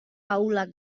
ahulak